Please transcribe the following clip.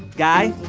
guy,